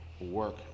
work